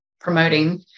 promoting